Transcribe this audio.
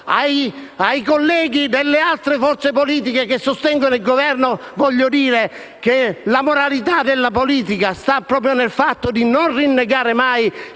Ai colleghi delle altre forze politiche che sostengono il Governo voglio dire che la moralità della politica sta proprio nel fatto di non rinnegare mai